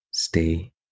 Stay